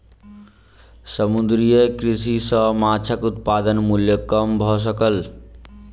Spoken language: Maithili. समुद्रीय कृषि सॅ माँछक उत्पादन मूल्य कम भ सकल